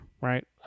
right